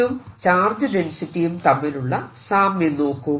ഇതും ചാർജ് ഡെൻസിറ്റിയും തമ്മിലുള്ള സാമ്യം നോക്കൂ